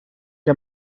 que